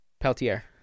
Peltier